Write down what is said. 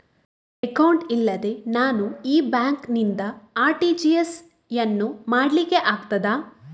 Account ಇಲ್ಲದೆ ನಾನು ಈ ಬ್ಯಾಂಕ್ ನಿಂದ ಆರ್.ಟಿ.ಜಿ.ಎಸ್ ಯನ್ನು ಮಾಡ್ಲಿಕೆ ಆಗುತ್ತದ?